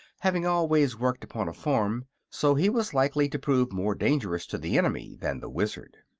having always worked upon a farm so he was likely to prove more dangerous to the enemy than the wizard.